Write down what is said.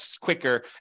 quicker